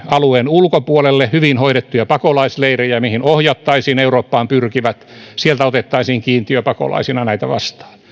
alueen ulkopuolelle hyvin hoidettuja pakolaisleirejä mihin ohjattaisiin eurooppaan pyrkivät sieltä otettaisiin kiintiöpakolaisina näitä vastaan